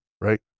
right